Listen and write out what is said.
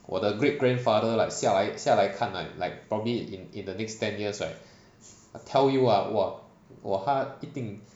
我的 great grandfather like 下来下来看看 like probably in the next ten years right I'll tell you !wah! !wah! 他一定